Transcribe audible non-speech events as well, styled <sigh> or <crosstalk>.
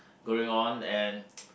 going on and <noise>